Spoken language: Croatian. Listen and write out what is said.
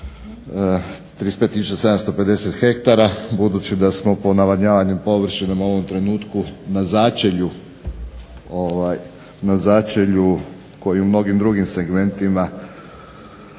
750 hektara budući da smo po navodnjavanju površine u ovom trenutku na začelju kao i u mnogim drugim segmentima